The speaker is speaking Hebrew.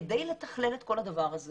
כדי לתכלל את כל הדבר הזה